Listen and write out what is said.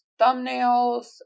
thumbnails